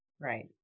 right